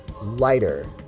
lighter